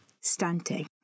stunting